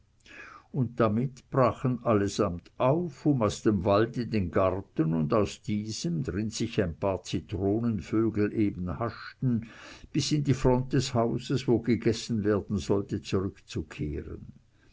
und damit brachen allesamt auf um aus dem wald in den garten und aus diesem drin sich ein paar zitronenvögel eben haschten bis in die front des hauses wo gegessen werden sollte zurückzukehren